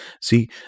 See